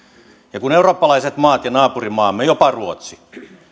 ja kun eurooppalaiset maat ja naapurimaamme jopa ruotsi